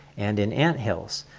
and and ant hills,